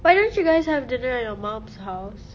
why don't you guys have dinner at your mum's house